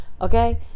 Okay